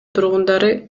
тургундары